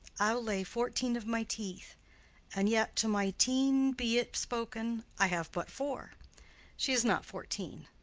i'll lay fourteen of my teeth and yet, to my teen be it spoken, i have but four she is not fourteen.